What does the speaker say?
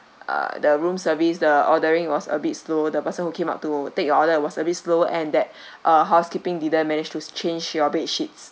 uh the room service the ordering was a bit slow the person who came up to take your order was a slow and that uh housekeeping didn't manage to change your bedsheets